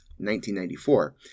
1994